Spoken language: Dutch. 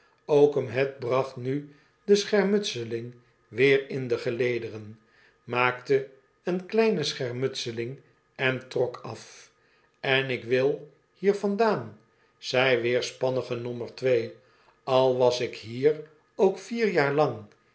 oakum head bracht nu de schermutseling weer in de gelederen maakte e en e kleine schermutsel ing en trok af en ik wil hier vandaan zei weerspannige nommer twee al was ik hier ook vier jaar lang